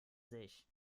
sich